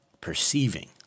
perceiving